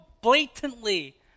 blatantly